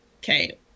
Okay